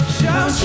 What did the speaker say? Shout